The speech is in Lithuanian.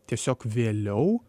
tiesiog vėliau